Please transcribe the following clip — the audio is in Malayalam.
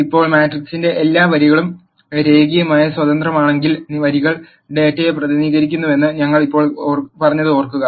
ഇപ്പോൾ മാട്രിക്സിന്റെ എല്ലാ വരികളും രേഖീയമായി സ്വതന്ത്രമാണെങ്കിൽ വരികൾ ഡാറ്റയെ പ്രതിനിധീകരിക്കുന്നുവെന്ന് ഞങ്ങൾ പറഞ്ഞത് ഓർക്കുക